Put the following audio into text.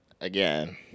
Again